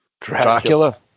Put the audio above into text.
Dracula